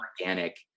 organic